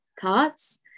thoughts